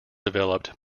developed